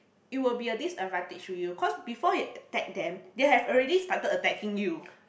it will be a disadvantage to you cause before you attack them they have already started attacking you